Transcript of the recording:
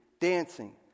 Dancing